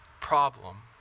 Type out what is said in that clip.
problem